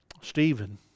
Stephen